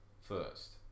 first